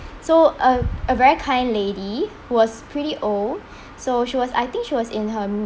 so a a very kind lady who was pretty old so she was I think she was in her